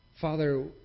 Father